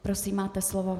Prosím, máte slovo.